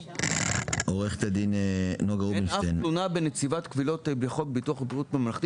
אין אף תלונה בנציבת קבילות בחוק ביטוח בריאות ממלכתי